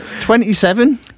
Twenty-seven